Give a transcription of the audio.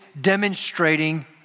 demonstrating